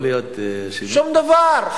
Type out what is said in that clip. שום דבר.